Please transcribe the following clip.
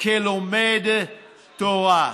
כלומד תורה.